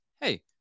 hey